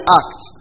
act